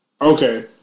Okay